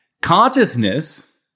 consciousness